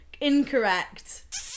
Incorrect